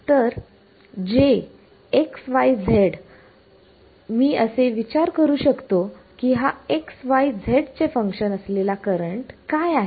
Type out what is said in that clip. तरमी असे विचारू शकतो की हा xyz चे फंक्शन असलेला करंट काय आहे